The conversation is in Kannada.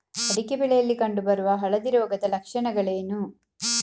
ಅಡಿಕೆ ಬೆಳೆಯಲ್ಲಿ ಕಂಡು ಬರುವ ಹಳದಿ ರೋಗದ ಲಕ್ಷಣಗಳೇನು?